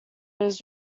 his